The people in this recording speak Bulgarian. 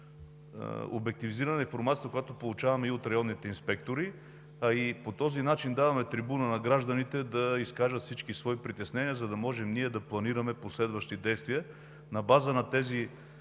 обективизиране на информацията, която получаваме и от районните инспектори, а и по този начин даваме трибуна на гражданите да изкажат всички свои притеснения, за да можем ние да планираме последващи действия. На база на